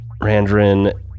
Randrin